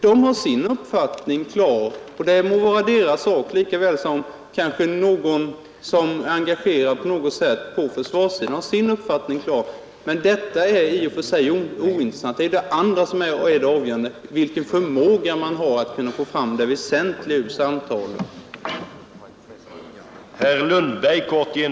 De har sin uppfattning klar, och det må vara deras sak lika väl som att någon som kanske är engagerad på försvarssidan har sin uppfattning klar och låter den vara en enskild angelägenhet. Men detta är som sagt i och för sig ointressant. Det avgörande är vilken förmåga man har att få fram det väsentliga ur samtalen.